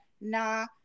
nah